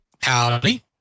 Howdy